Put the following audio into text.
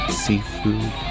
seafood